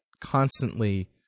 constantly